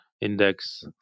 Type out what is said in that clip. index